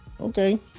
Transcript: Okay